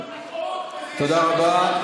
תודה רבה.